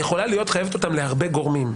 והיא יכולה להיות חייבת אותם להרבה גורמים.